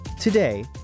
Today